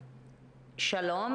שלום.